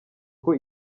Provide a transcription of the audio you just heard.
ngo